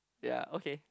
ya okay